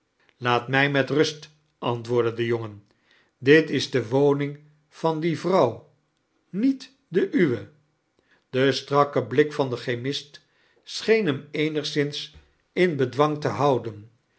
laat mij met rust antwoordde de jongen dit is de woning van die vrouw niet de uwe de strakke blik van den chemist scheen hem eenigszins in bedwang te houden